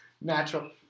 Natural